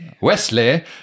Wesley